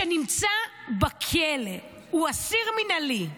שנמצא בכלא, הוא אסיר מינהלי.